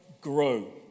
grow